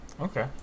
Okay